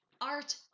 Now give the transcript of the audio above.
art